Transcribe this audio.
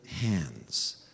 hands